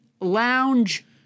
lounge